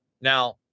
now